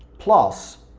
plus,